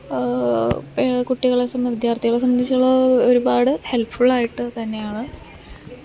കുട്ടികളെ വിദ്യര്ത്ഥികളെ സംബന്ധിച്ചുള്ള ഒരുപാട് ഹെല്പ്ഫുള്ളായിട്ട് തന്നെയാണ്